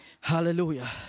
hallelujah